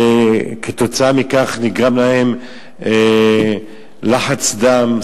שכתוצאה מכך נגרם להם לחץ דם,